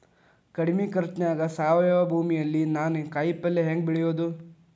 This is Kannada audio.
ಕಡಮಿ ಖರ್ಚನ್ಯಾಗ್ ಸಾವಯವ ಭೂಮಿಯಲ್ಲಿ ನಾನ್ ಕಾಯಿಪಲ್ಲೆ ಹೆಂಗ್ ಬೆಳಿಯೋದ್?